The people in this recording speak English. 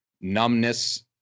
numbness